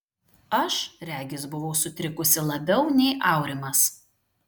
aš regis buvau sutrikusi labiau nei aurimas